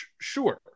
Sure